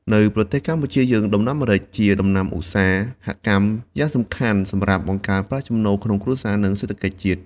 នៅប្រទេសកម្ពុជាយើង ដំណាំម្រេចជាដំណាំឧស្សាហកម្មយ៉ាងសំខាន់ សម្រាប់បង្កើនប្រាក់ចំណូលក្នុងគ្រួសារ និងសេដ្ឋកិច្ចជាតិ។